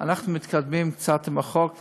ואנחנו מתקדמים קצת עם החוק,